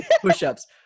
push-ups